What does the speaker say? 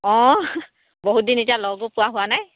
অঁ বহুত দিন এতিয়া লগো পোৱা হোৱা নাই